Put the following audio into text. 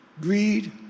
Greed